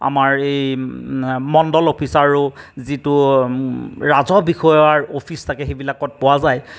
আমাৰ এই মণ্ডল অফিচ আৰু যিটো ৰাজহ বিষয়াৰ অফিচ থাকে সেইবিলাকত পোৱা যায়